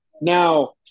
Now